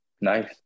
Nice